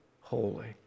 holy